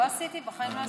לא עשיתי, בחיים לא עשיתי.